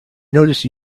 notice